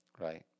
Right